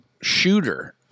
Shooter